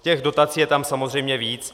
Těch dotací je tam samozřejmě víc.